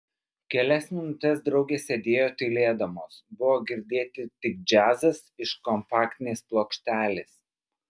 kelias minutes draugės sėdėjo tylėdamos buvo girdėti tik džiazas iš kompaktinės plokštelės